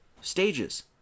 stages